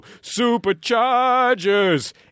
superchargers